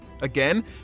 Again